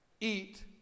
eat